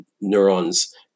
neurons